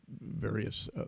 various